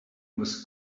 with